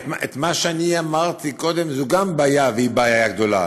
מה שאני אמרתי קודם זאת גם בעיה, והיא בעיה גדולה.